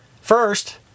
First